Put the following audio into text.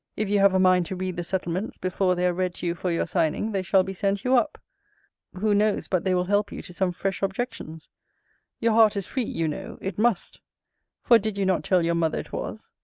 if you have a mind to read the settlements, before they are read to you for your signing, they shall be sent you up who knows, but they will help you to some fresh objections your heart is free, you know it must for, did you not tell your mother it was?